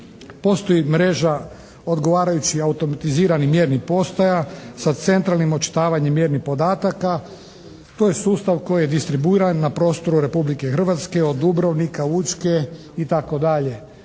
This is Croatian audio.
Postoje mreža odgovarajućih automatiziranih mjernih postaja sa centralnim očitavanjem mjernih podataka. To je sustav koji je distribuiran na prostoru Republike Hrvatske, od Dubrovnika, Učke, itd.